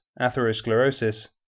atherosclerosis